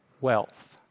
wealth